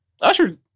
Usher